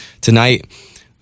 tonight